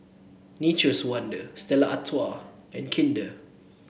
Nature's Wonder Stella Artois and Kinder